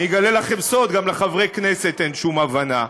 אני אגלה לכם סוד: גם לחברי כנסת אין שום הבנה.